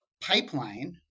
pipeline